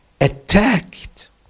attacked